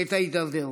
את ההידרדרות.